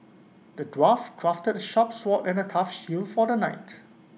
the dwarf crafted sharp sword and A tough shield for the knight